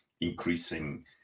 increasing